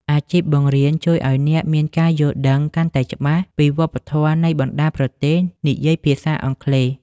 អាជីពបង្រៀនជួយឱ្យអ្នកមានការយល់ដឹងកាន់តែច្បាស់ពីវប្បធម៌នៃបណ្តាប្រទេសនិយាយភាសាអង់គ្លេស។